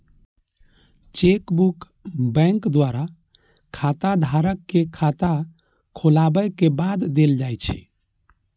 chequebook bank द्वारा खाताधारक कें खाता खोलाबै के बाद देल जाइ छै